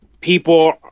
people